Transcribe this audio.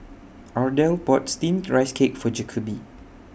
Ardell bought Steamed Rice Cake For Jacoby